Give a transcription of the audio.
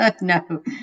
No